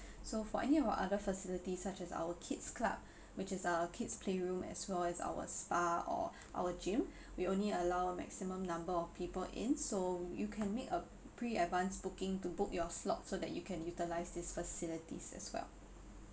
so for any of our other facilities such as our kids' club which is a kid's play room as well as our spa or our gym we only allow a maximum number of people in so you can make a pre advanced booking to book your slot so that you can utilise these facilities as well